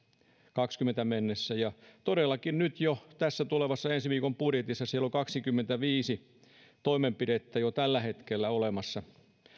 kaksikymmentä budjettiriiheen mennessä ja todellakin tässä tulevassa ensi viikon budjetissa on kaksikymmentäviisi toimenpidettä jo tällä hetkellä olemassa